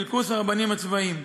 אל קורס הרבנים הצבאיים.